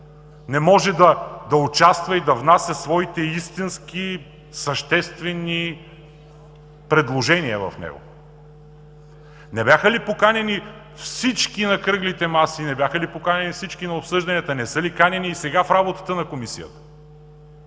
не може да участва и да внася своите истински съществени предложения в него? Не бяха ли поканени всички на кръглите маси? Не бяха ли поканени всички на обсъжданията? Не са ли канени и сега в работата на Комисията?